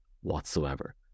whatsoever